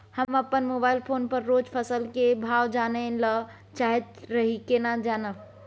हम अपन mobile phone पर रोज फसल के भाव जानय ल चाहैत रही केना जानब?